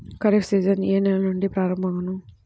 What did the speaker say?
Kharif season ఏ నెల నుండి ప్రారంభం అగును?